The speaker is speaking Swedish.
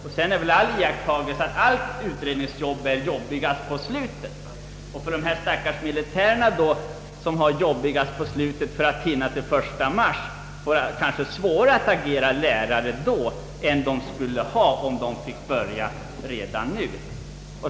Vidare är det väl en allmän iakttagelse att allt utredningsarbete är jobbigare mot slutet. De stackars militärerna, som har jobbigast mot slutet för att hinna bli klara till den 1 mars, får därför rimligen svårare att agera lärare då än om de fick börja redan nu.